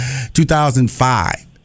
2005